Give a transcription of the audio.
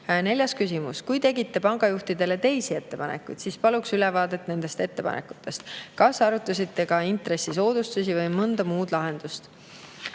Neljas küsimus: "Kui tegite pangajuhtidele teisi ettepanekuid, siis paluks ülevaadet nendest ettepanekutest. Kas arutasite ka intressisoodustusi või mõnda muud lahendust?"